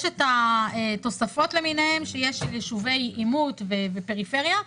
יש את התוספות למיניהן שיש ליישובי עימות ופריפריה,